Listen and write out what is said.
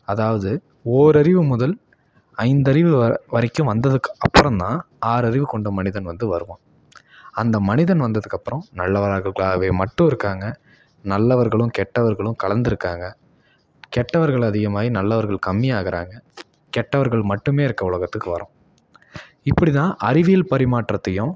அதாவது ஓரறிவு முதல் ஐந்தறிவு வ வரைக்கும் வந்ததுக்கு அப்புறந்தான் ஆறறிவு கொண்ட மனிதன் வந்து வருவான் அந்த மனிதன் வந்ததுக்கப்புறம் நல்லவர்களாகளாவே மட்டும் இருக்காங்க நல்லவர்களும் கெட்டவர்களும் கலந்து இருக்காங்க கெட்டவர்கள் அதிகமாகி நல்லவர்கள் கம்மியாகுறாங்க கெட்டவர்கள் மட்டுமே இருக்கற உலகத்துக்கு வரோம் இப்படிதான் அறிவியல் பரிமாற்றத்தையும்